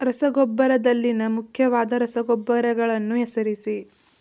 ರಸಗೊಬ್ಬರದಲ್ಲಿನ ಮುಖ್ಯವಾದ ರಸಗೊಬ್ಬರಗಳನ್ನು ಹೆಸರಿಸಿ?